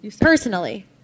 Personally